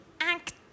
act